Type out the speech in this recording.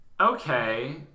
okay